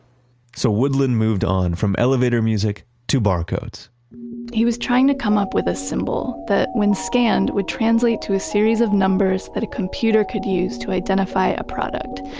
so woodland moved on from elevator music to barcodes he was trying to come up with a symbol that when scanned would translate to a series of numbers that a computer could use to identify a product.